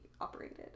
operated